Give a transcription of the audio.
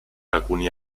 alcuni